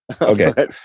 Okay